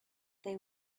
they